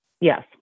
Yes